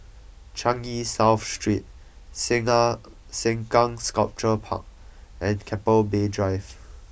Changi South Street Sengkang Sengkang Sculpture Park and Keppel Bay Drive